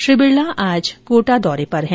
श्री बिरला आज कोटा दौरे पर हैं